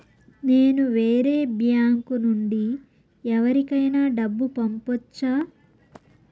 నేను వేరే బ్యాంకు నుండి ఎవరికైనా డబ్బు పంపొచ్చా?